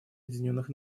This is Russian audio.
объединенных